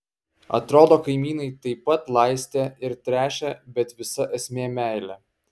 atrodo kaimynai taip pat laistė ir tręšė bet visa esmė meilė